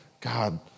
God